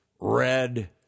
red